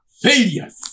failures